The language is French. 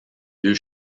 deux